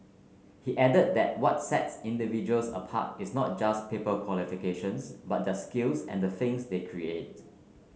he added that what sets individuals apart is not just paper qualifications but their skills and the things they create